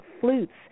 flutes